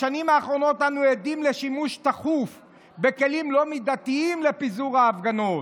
בשנים האחרונות אנו עדים לשימוש תכוף בכלים לא מידתיים לפיזור הפגנות,